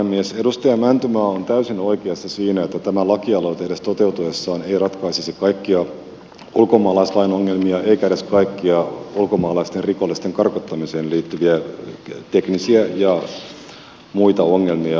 edustaja mäntymaa on täysin oikeassa siinä että tämä lakialoite edes toteutuessaan ei ratkaisisi kaikkia ulkomaalaislain ongelmia eikä edes kaikkia ulkomaalaisten rikollisten karkottamiseen liittyviä teknisiä ja muita ongelmia